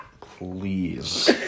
Please